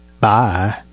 bye